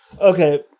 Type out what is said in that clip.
Okay